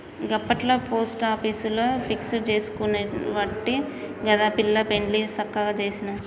గప్పట్ల పోస్టాపీసుల ఫిక్స్ జేసుకునవట్టే గదా పిల్ల పెండ్లి సక్కగ జేసిన